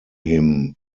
him